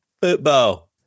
Football